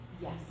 Yes